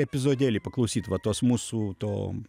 epizodėlį paklausyt va tos mūsų to